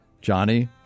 Johnny